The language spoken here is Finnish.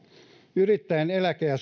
yrittäjän eläke ja